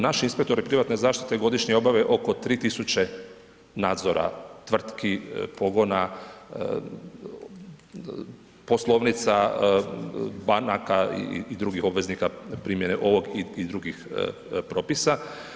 Naš inspektori privatne zaštite godišnje obave oko 3 tisuće nadzora, tvrtki, pogona, poslovnica, banaka i drugih obveznika primjenom ovih i drugih propisa.